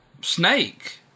snake